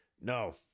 No